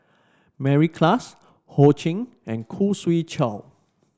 Mary Klass Ho Ching and Khoo Swee Chiow